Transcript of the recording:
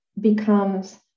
becomes